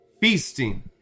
feasting